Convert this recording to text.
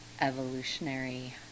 evolutionary